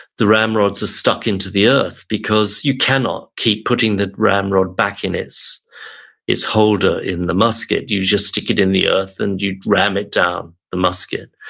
the ramrods are stuck into the earth because you cannot keep putting the ramrod back in its its holder in the musket. you just stick it in the earth and you ram it down the musket.